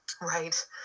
Right